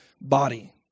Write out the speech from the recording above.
body